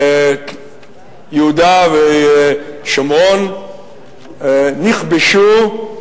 יהודה ושומרון נכבשו,